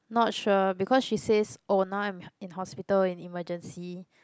not sure because she says oh now I'm in hospital and in emergency